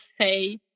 say